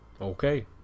Okay